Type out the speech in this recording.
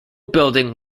building